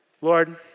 Lord